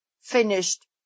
finished